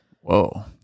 Whoa